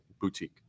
Boutique